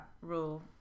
rule